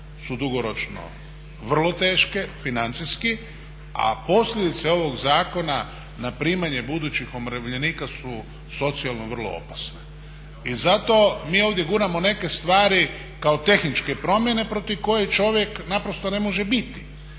su dugoročno vrlo teške financijski, a posljedice ovog zakona na primanje budućih umirovljenika su socijalno vrlo opasne. I zato mi ovdje guramo neke stvari kao tehničke promjene protiv kojih čovjek naprosto ne može biti.